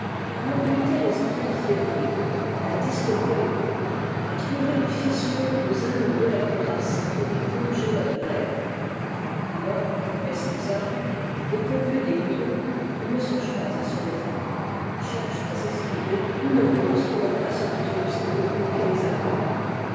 à amputer les antennes fébriles à disloquer les pattes à trouver une fissure aux anneaux de la cuirasse pour y plonger leur glaive énormes mais sans armes dépourvus d'aiguillon ils ne songent pas à se défendre cherchent à s'esquiver ou n'opposent que leur masse obtuse aux coups qui les accablent